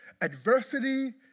adversity